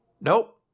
nope